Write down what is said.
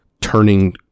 turning